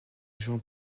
jean